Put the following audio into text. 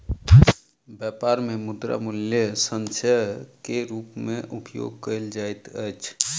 व्यापार मे मुद्रा मूल्य संचय के रूप मे उपयोग कयल जाइत अछि